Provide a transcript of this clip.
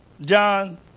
John